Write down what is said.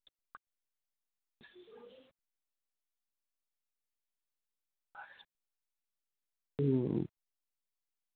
ᱦᱩᱸ